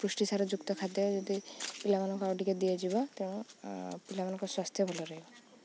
ପୃଷ୍ଟିସାର ଯୁକ୍ତ ଖାଦ୍ୟ ଯଦି ପିଲାମାନଙ୍କୁ ଆଉ ଟିକେ ଦିଆଯିବ ତେଣୁ ପିଲାମାନଙ୍କ ସ୍ୱାସ୍ଥ୍ୟ ଭଲ ରହିବ